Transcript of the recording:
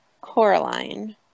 Coraline